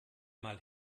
mal